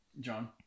John